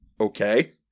Okay